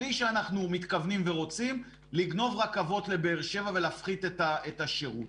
בלי שאנחנו מתכוונים ורוצים לגנוב רכבות לבאר שבע ולהפחית את השירות.